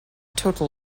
total